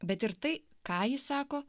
bet ir tai ką jis sako